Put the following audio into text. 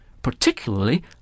particularly